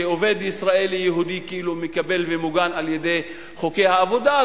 שעובד ישראלי יהודי כאילו מקבל ומוגן על-ידי חוקי העבודה,